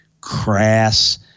crass